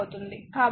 కాబట్టి 30 2 0